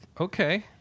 okay